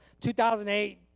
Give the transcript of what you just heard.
2008